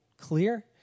clear